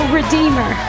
redeemer